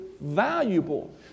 valuable